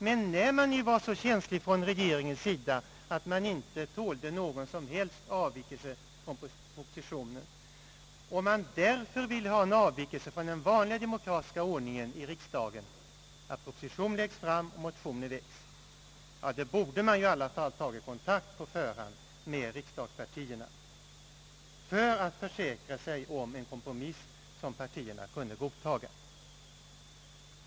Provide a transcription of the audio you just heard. Men när regeringen var så känslig att den inte tålde någon som helst avvikelse från propositionen och därför ville ha en avvikelse från den vanliga demokratiska ordningen i riksdagen, som säger att proposition läggs fram och motioner då väcks i anslutning till den, borde man i alla fall ha tagit kontakt på förhand med riksdagspartierna för att försäkra sig om en kompromiss som partierna kunde godta.